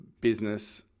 business